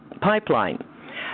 pipeline